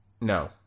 No